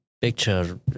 Picture